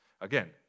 Again